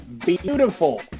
beautiful